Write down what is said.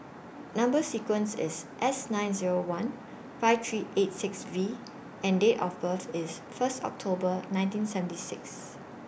Number sequence IS S nine Zero one five three eight six V and Date of birth IS First October nineteen seventy six